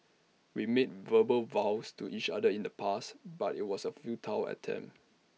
we made verbal vows to each other in the past but IT was A futile attempt